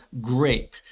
grape